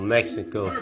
Mexico